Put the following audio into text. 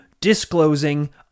disclosing